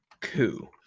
coup